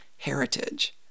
heritage